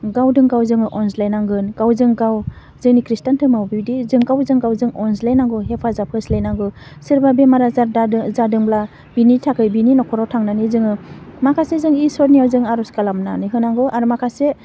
गावदों गाव जोङो अनज्लायनांगोन गावजों गाव जोंनि खृष्टान धोरोमाव बेबायदि जों गावजों गाव जों अनज्लायनांगौ हेफाजाब होस्लायनांगौ सोरबा बेमार आजार जादों जादोंब्ला बिनि थाखै बिनि न'खराव थांनानै जोङो माखासे जों इसोरनियाव जों आर'ज खालानानै होनांगौ आरो माखासे